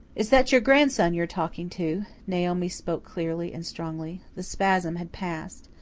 is that your grandson you're talking to? naomi spoke clearly and strongly. the spasm had passed.